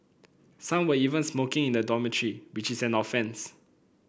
some were even smoking in the dormitory which is an offence